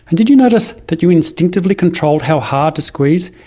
and did you notice that you instinctively controlled how hard to squeeze?